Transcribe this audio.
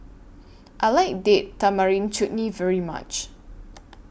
I like Date Tamarind Chutney very much